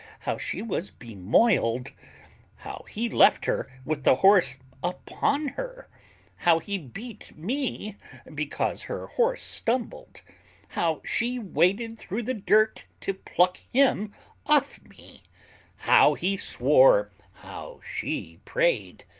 how she was bemoiled how he left her with the horse upon her how he beat me because her horse stumbled how she waded through the dirt to pluck him off me how he swore how she prayed,